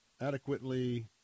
adequately